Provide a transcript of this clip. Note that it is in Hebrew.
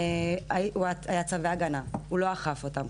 היו צווי הגנה, והוא לא אכף אותם.